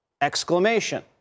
exclamation